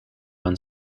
when